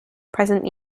present